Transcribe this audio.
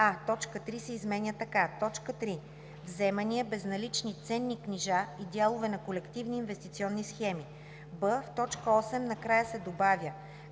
а) точка 3 се изменя така: „3. вземания, безналични ценни книжа и дялове на колективни инвестиционни схеми;“ б) в т. 8 накрая се добавя